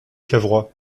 cavrois